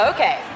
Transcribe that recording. Okay